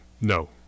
No